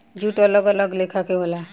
jute अलग अलग लेखा के होला